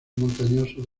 montañoso